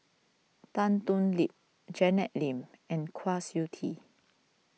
Tan Thoon Lip Janet Lim and Kwa Siew Tee